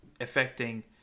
affecting